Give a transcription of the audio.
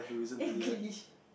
eh glitch